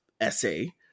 essay